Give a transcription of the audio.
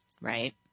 right